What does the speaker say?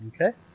Okay